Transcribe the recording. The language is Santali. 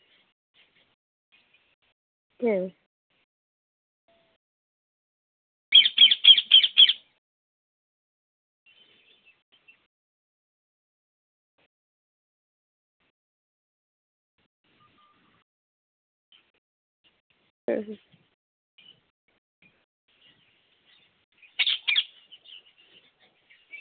ᱦᱮᱸ